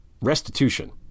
restitution